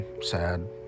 sad